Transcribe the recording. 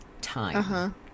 Time